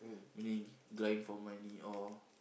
meaning grind for money or